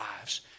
lives